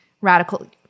radical –